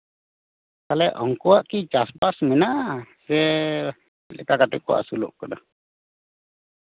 ᱛᱟᱦᱚᱞᱮ ᱩᱱᱠᱩᱣᱟᱜ ᱠᱤ ᱪᱟᱥᱼᱵᱟᱥ ᱢᱮᱱᱟᱜᱼᱟ ᱥᱮ ᱪᱮᱫ ᱞᱮᱠᱟ ᱠᱟᱛᱮᱜ ᱠᱚ ᱟᱹᱥᱩᱞᱚᱜ ᱠᱟᱱᱟ